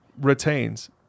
retains